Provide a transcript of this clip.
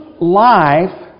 life